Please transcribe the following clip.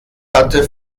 hatte